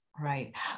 Right